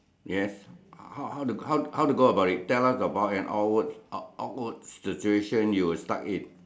yes how how how to go about it tell us about an awk awkward situation you were stuck in